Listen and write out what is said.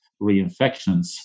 reinfections